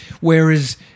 Whereas –